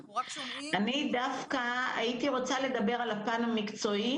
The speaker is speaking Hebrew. אני דווקא הייתי רוצה לדבר על הפן המקצועי